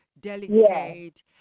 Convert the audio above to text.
delicate